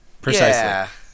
Precisely